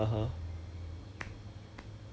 but nobody got full marks lor